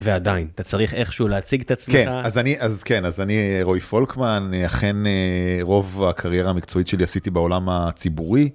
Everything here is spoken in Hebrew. ועדיין, אתה צריך איכשהו להציג את עצמך. כן, אז אני רועי פולקמן, אכן רוב הקריירה המקצועית שלי עשיתי בעולם הציבורי.